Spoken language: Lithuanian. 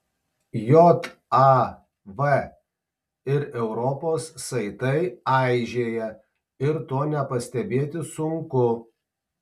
jav ir europos saitai aižėja ir to nepastebėti sunku